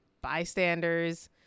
bystanders